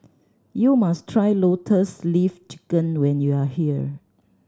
you must try Lotus Leaf Chicken when you are here